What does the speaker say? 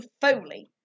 foley